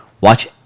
watch